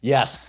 Yes